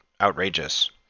outrageous